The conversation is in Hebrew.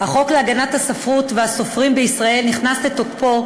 שרת התרבות והספורט, הגברת מירי רגב,